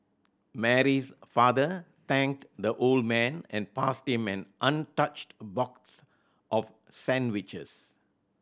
Mary's father thanked the old man and passed him an untouched box of sandwiches